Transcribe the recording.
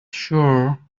sure